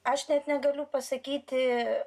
aš net negaliu pasakyti